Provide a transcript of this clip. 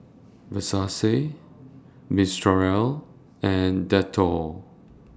Versace Mistral and Dettol